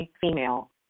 female